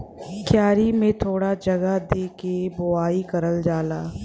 क्यारी में थोड़ा जगह दे के बोवाई करल जाला